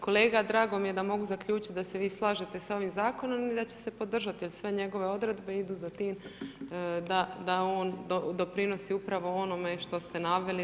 Kolega drago mi je da mogu zaključiti da se vi slažete sa ovim zakonom i da će se podržati, jer sve njegove odredbe idu za tim da on doprinosi upravo onome što ste naveli, da